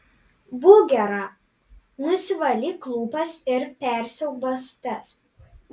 būk gera nusivalyk lūpas ir persiauk basutes